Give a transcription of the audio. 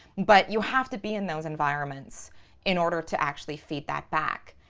but you have to be in those environments in order to actually feed that back.